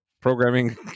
programming